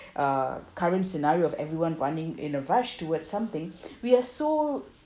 uh current scenario of everyone running in a rush towards something we are so